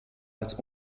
als